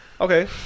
Okay